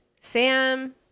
Sam